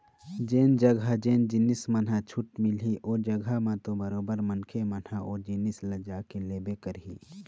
जेन जघा जेन जिनिस मन ह छूट मिलही ओ जघा म तो बरोबर मनखे मन ह ओ जिनिस ल जाके लेबे करही